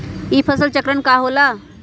ई फसल चक्रण का होला?